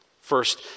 First